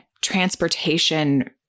transportation